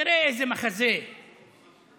תראו איזה מחזה מביש: